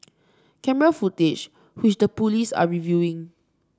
camera footage which the police are reviewing